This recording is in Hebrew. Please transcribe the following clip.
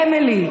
אמילי,